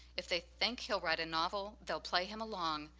if they think he'll write a novel, they'll play him along,